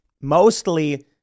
mostly